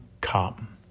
come